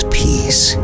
peace